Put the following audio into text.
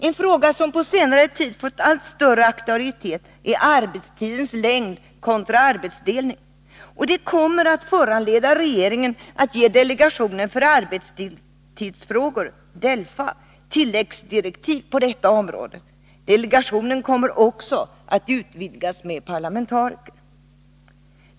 En fråga som på senare tid fått allt större aktualitet är arbetstidens längd kontra arbetsdelning. Det kommer att föranleda regeringen att ge delegationen för arbetstidsfrågor, DELFA, tilläggsdirektiv på detta område. Delegationen kommer också att utvidgas med parlamentariker.